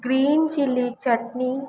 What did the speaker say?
green chilli chutney